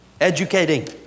Educating